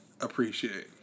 appreciate